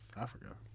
africa